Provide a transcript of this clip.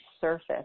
surface